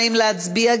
האם להצביע?